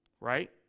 right